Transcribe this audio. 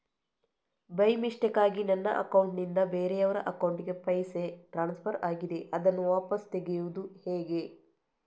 By ಮಿಸ್ಟೇಕಾಗಿ ನನ್ನ account ನಿಂದ ಬೇರೆಯವರ ಅಕೌಂಟ್ ಗೆ ಪೈಸೆ ಟ್ರಾನ್ಸ್ಫರ್ ಆಗಿದೆ ಅದನ್ನು ವಾಪಸ್ ತೆಗೆಯೂದು ಹೇಗೆ?